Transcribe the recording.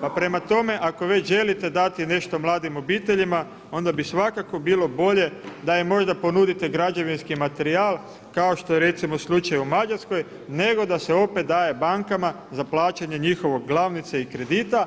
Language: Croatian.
Pa prema tome, ako već želite dati nešto mladim obiteljima onda bi svakako bilo bolje da im možda ponudite građevinski materijal kao što je recimo slučaj u Mađarskoj nego da se opet daje bankama za plaćanje njihove glavnice i kredita